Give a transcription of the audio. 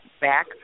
back